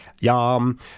Yum